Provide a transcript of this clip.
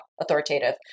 authoritative